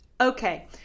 okay